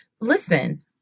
listen